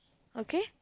okay